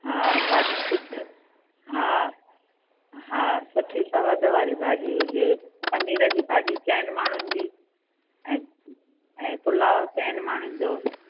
हा भाॼियूं सुठियूं हा हा सुठियूं सवादु वारी भाॼी हुजे पनीर जी भाॼी चइनि माण्हुनि जी ऐं ऐं पुलाव चइनि माण्हुनि जो